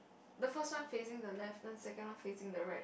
the first one facing the left then second one facing the right